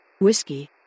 Whiskey